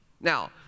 Now